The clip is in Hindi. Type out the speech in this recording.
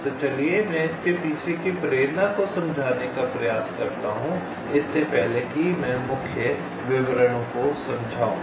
तो चलिए मैं इसके पीछे की प्रेरणा को समझाने का प्रयास करता हूं इससे पहले कि मैं मुख्य विवरणों को समझाऊं